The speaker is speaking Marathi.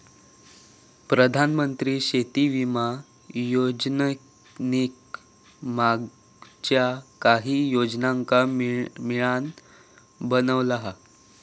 प्रधानमंत्री शेती विमा योजनेक मागच्या काहि योजनांका मिळान बनवला हा